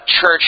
church